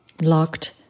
Locked